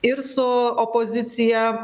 ir su opozicija